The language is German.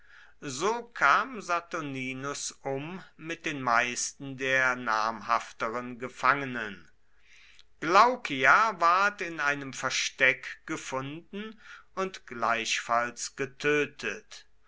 so kam saturninus um mit den meisten der namhafteren gefangenen glaucia ward in einem versteck gefunden und gleichfalls getötet